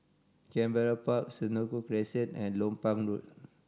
Canberra Park Senoko Crescent and Lompang Road